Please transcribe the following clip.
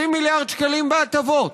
20 מיליארד שקלים בהטבות,